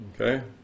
Okay